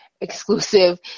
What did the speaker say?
exclusive